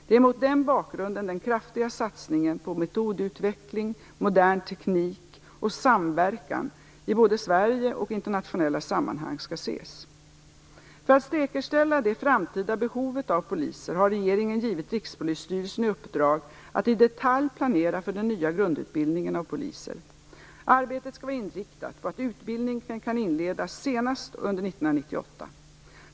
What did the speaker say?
Det är mot den bakgrunden den kraftiga satsningen på metodutveckling, modern teknik och samverkan både i Sverige och i internationella sammanhang skall ses. För att säkerställa det framtida behovet av poliser har regeringen givit Rikspolisstyrelsen i uppdrag att i detalj planera för den nya grundutbildningen av poliser. Arbetet skall vara inriktat på att utbildningen kan inledas senast år 1998.